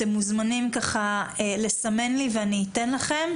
אתם מוזמנים לסמן לי ואני אתן לכם.